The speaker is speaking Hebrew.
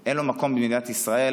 אין לו מקום במדינת ישראל,